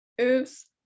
oops